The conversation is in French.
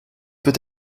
peut